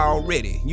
Already